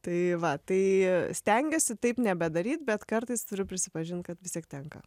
tai va tai stengiuosi taip nebedaryt bet kartais turiu prisipažint kad vis tiek tenka